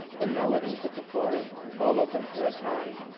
the melodies of the forest followed them for a time,